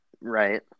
Right